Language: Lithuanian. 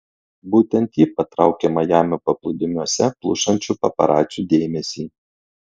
būtent ji patraukė majamio paplūdimiuose plušančių paparacių dėmesį